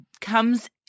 comes